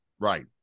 Right